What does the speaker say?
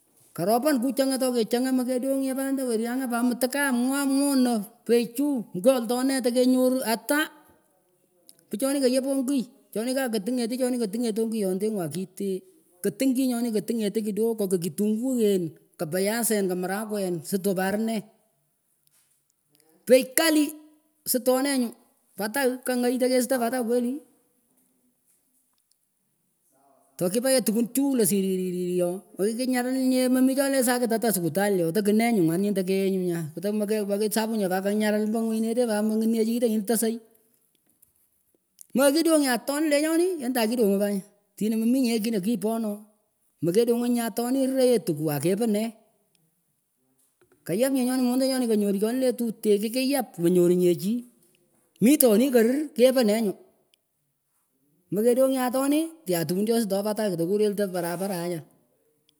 Kohropen kuchangah toh kechangah mehkehdongnyeh pat lendeh weryangah pat mtikah mwagh monah pei juu kyoltoh neh tekennyoroh atah pchonih kehyapah ngiy chonih kaketingehtih chonih ketingetoh ngihyonde ngwah kiteh keting chi nyonih ketingetih kidogo kah kitunguyen kah pyasen kah marahkwen sitoh pah arneh pei kali stoh nenyuh patagh kenyay tekehstah patagh kweli tohkipaeh tkwun juu jah siriririh ohh mekikinyarilnyeh mahminyeh choleh sakit atah sikutalih ooh tekinyeh nyuh ngat nyih tekenyiah nyuh nyah mekeh mekeh sabu pat kahnnyaaril mpo nyuhnyineteh pat mangitnyeh kiteh nyinih tesagh mehkidongnyeh atonih lenyonih andah kidogo pat mayh tinch mehminyeh kiinah kipoh nooh mekehdongoh nyah atonih riheeyehtukuh akepah neeh keyapnyeh nyonih mondah nyonih kenyoruh chonileh tuteh kinkiyap menyorunyeh chih mitonih keririh kepahneenyuh mahkedongnyeh atonih tyah tukun choh stoh patagh pakah tekureltah paraparaah acharah.